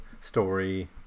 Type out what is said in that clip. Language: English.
story